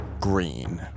green